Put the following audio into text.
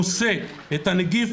הוא נושא את הנגיף,